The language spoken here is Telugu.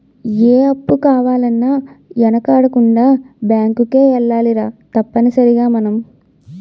ఏ అప్పు కావాలన్నా యెనకాడకుండా బేంకుకే ఎల్లాలిరా తప్పనిసరిగ మనం